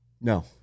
No